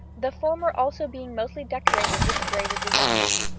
the former also being mostly decorated with braided designs.